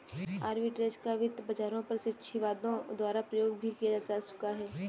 arbitrage का वित्त बाजारों पर शिक्षाविदों द्वारा प्रयोग भी किया जा चुका है